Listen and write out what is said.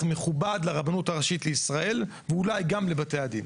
מכובד לרבנות הראשית לישראל ואולי גם לבתי הדין.